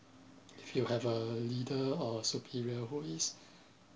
if you have a leader or superior who is